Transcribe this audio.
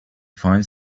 finds